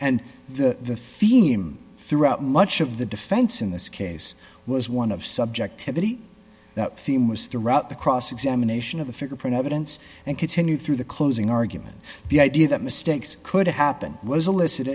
and the theme throughout much of the defense in this case was one of subjectivity that theme was to route the cross examination of the fingerprint evidence and continue through the closing argument the idea that mistakes could happen was